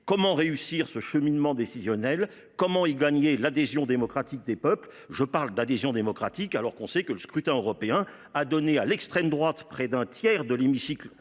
Comment faire aboutir ce cheminement décisionnel ? Comment gagner l’adhésion démocratique des peuples ? Je parle d’adhésion démocratique, alors que le scrutin européen a donné à l’extrême droite près d’un tiers de l’hémicycle